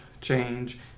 change